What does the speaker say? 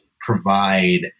provide